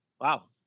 wow